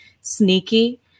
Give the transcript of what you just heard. sneaky